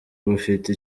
bufite